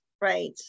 Right